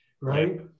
Right